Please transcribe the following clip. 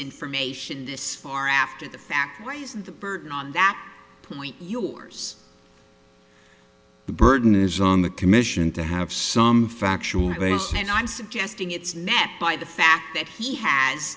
information this far after the fact raises the burden on that point yours the burden on the commission to have some factual and i'm suggesting it's met by the fact that he has